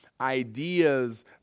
ideas